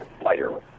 fighter